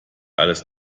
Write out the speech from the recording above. alles